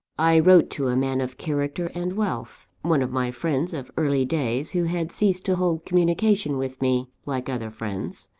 i wrote to a man of character and wealth one of my friends of early days, who had ceased to hold communication with me, like other friends,